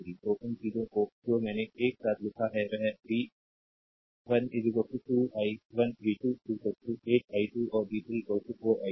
तो उन चीजों को जो मैंने एक साथ लिखा है वह v 1 2 i1 v 2 8 i2 और v 3 4 i3